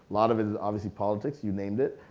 lot of it is obviously politics. you named it.